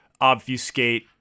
obfuscate